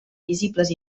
visibles